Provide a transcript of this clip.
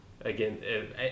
Again